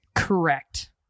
Correct